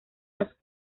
los